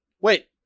Wait